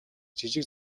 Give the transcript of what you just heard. жижиг